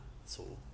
so